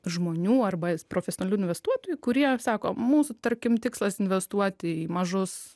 žmonių arba profesionalių investuotojų kurie sako mūsų tarkim tikslas investuoti į mažus